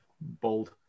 bold